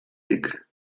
dick